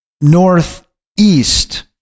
northeast